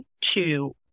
two